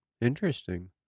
Interesting